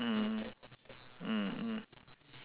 mm mm mm